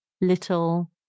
little